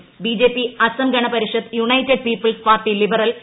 ബ്ചിജെപി Asom Gana Parishad united people's party liberal U